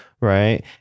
Right